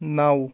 نو